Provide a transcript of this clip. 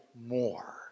more